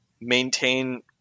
maintain